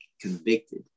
convicted